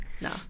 No